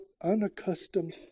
unaccustomed